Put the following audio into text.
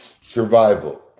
Survival